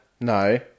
No